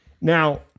now